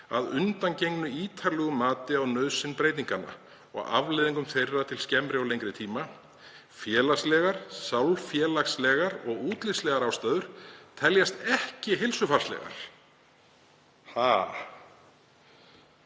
að undangengnu ítarlegu mati á nauðsyn breytinganna og afleiðingum þeirra til skemmri og lengri tíma. Félagslegar, sálfélagslegar og útlitslegar ástæður teljast ekki heilsufarslegar.“ Ha?